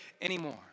anymore